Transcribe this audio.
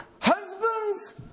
Husbands